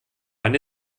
wann